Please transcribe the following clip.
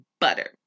butter